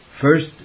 First